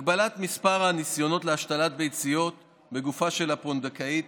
הגבלת מספר הניסיונות להשתלת ביציות בגופה של הפונדקאית,